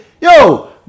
yo